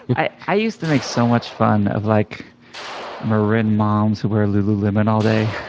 i i used to make so much fun of like marin moms who wear lululemon all day.